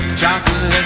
Chocolate